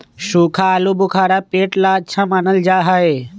सूखा आलूबुखारा पेट ला अच्छा मानल जा हई